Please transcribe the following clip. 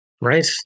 Right